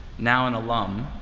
now an alum,